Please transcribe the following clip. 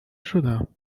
شدم